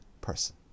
person